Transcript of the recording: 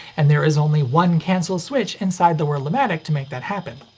and there is only one cancel switch inside the wurlamatic to make that happen.